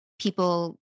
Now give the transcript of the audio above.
people